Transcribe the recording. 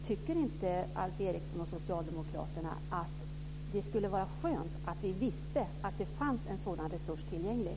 Tycker inte Alf Eriksson och Socialdemokraterna att det skulle vara skönt om vi visste att det fanns en sådan resurs tillgänglig?